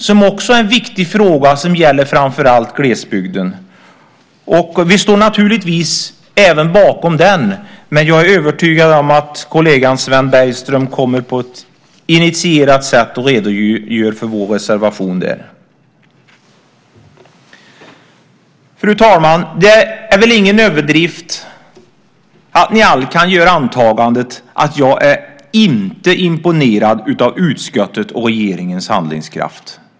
Det är också en viktig fråga som gäller framför allt glesbygden. Vi står naturligtvis även bakom den, men jag är övertygad om att kollegan Sven Bergström på ett initierat sätt kommer att redogöra för reservationen. Fru talman! Det är väl ingen överdrift att ni alla kan göra antagandet att jag inte är imponerad av utskottets och regeringens handlingskraft.